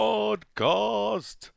Podcast